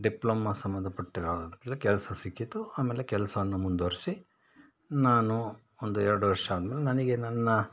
diploma ಸಂಬಂಧಪಟ್ಟಿರುವಲ್ಲೆ ಕೆಲಸ ಸಿಕ್ಕಿತು ಆಮೇಲೆ ಕೆಲಸವನ್ನು ಮುಂದುವರ್ಸಿ ನಾನು ಒಂದು ಎರಡು ವರ್ಷ ಆದ ಮೇಲೆ ನನಗೆ ನನ್ನ